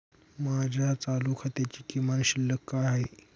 माझ्या चालू खात्याची किमान शिल्लक काय आहे?